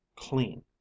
clean